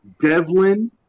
Devlin